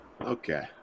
Okay